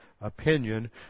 opinion